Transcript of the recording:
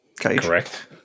Correct